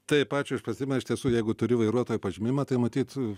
taip ačiū už pastebėjimą iš tiesų jeigu turi vairuotojo pažymėjimą tai matyt